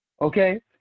Okay